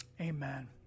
Amen